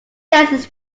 lessons